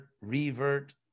revert